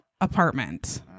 apartment